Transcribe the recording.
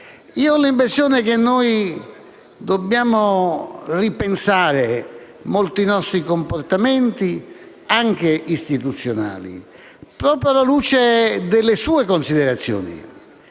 Ho l'impressione che dobbiamo ripensare molti nostri comportamenti anche istituzionali proprio alla luce delle sue considerazioni,